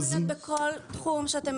להיות בכל תחום שאתם